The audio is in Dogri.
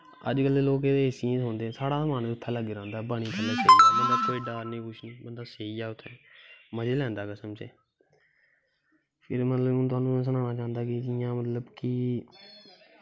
हाली बी लोग एसी नी सोंदे साढ़ा मन बी उत्थें लग्गा रौंह्दा कोई डर नी उत्थें मज़ा आंदा कसम से हून में तुसेंगी सनानां चांह्दा जियां मतलव कि